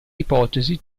ipotesi